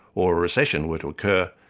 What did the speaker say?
or a recession were to occur,